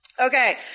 Okay